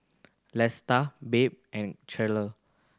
Lesta Babe and Cherelle